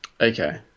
Okay